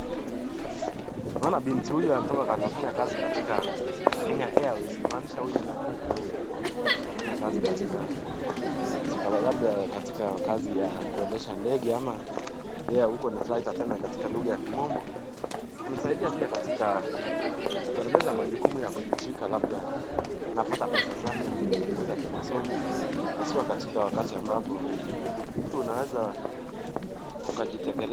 Unaona binti huyu anatoka anafanya kazi katika Kenya Airways, kumaanisha huyu labda ni yule anafanya kazi katika labda katika kazi ya kuendesha ndege ama yeye huko ni flight attendant katika lugha ya kimombo. Anasaidia pia katika kuendeleza majukumu ya kujitwika, labda anapata pesa zake na kujiendeleza kimasomo, haswa katika wakati ambapo mtu unaweza ukajitegemea.